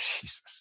Jesus